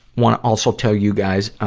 wanna also tell you guys, ah,